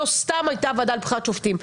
לא סתם הייתה הוועדה לבחירת שופטים.